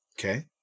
okay